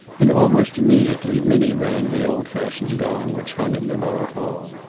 and almost immediately minnie rang the old fashioned gong which hung in the lower hall.